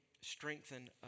strengthen